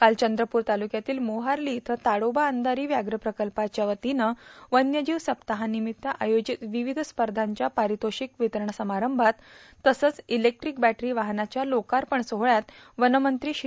काल चंद्रपूर तालुक्यातील मोहर्ली येथे ताडोबा अंधारी व्याघ्र प्रकल्पाच्या वतीन वन्यजीव सप्ताहानिमीत्त आयोजित विविध स्पर्धांच्या पारितोषीक वितरण समारंभात तसेच इलेक्ट्रीक बॅटरी वाहनाच्या लोकार्पण सोहळयात वनमंत्री श्री